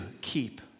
keep